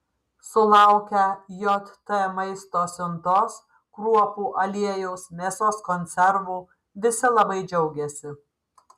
sulaukę jt maisto siuntos kruopų aliejaus mėsos konservų visi labai džiaugiasi